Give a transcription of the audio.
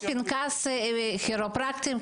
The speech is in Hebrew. ויש פנקס כירופרקטים,